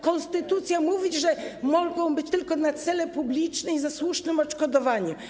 Konstytucja mówi, że mogą być tylko na cele publiczne i za słusznym odszkodowaniem.